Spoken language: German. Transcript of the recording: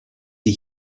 sie